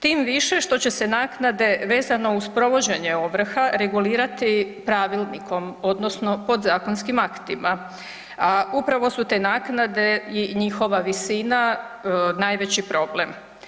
Tim više što će se naknade vezano uz provođenje ovrha regulirati pravilnikom odnosno podzakonskim aktima a upravo su te naknade i njihova visina najveći problem.